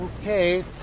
Okay